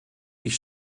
ich